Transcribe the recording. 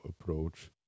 approach